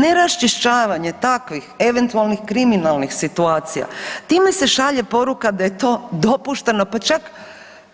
Neraščišćavanje takvih eventualnih kriminalnih situacija, time se šalje poruka da je to dopušteno, pa čak